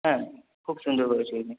হ্যাঁ খুব সুন্দর করেছে রিয়েলমি